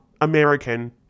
American